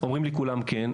אומרים לי כולם כן,